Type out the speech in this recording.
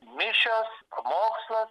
mišios pamokslas